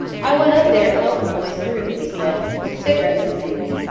i went up there to help the boys through, he said, with cigarettes and things,